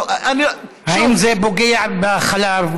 האם זה פוגע בחלב,